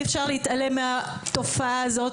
אי אפשר להתעלם מהתופעה הזאת,